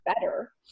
better